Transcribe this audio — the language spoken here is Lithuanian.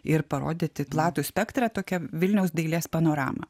ir parodyti platų spektrą tokią vilniaus dailės panoramą